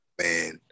man